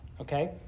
okay